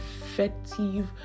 effective